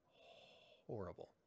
horrible